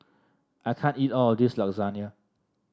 I can't eat all of this Lasagne